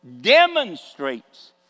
demonstrates